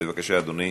בבקשה, אדוני.